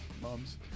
Mums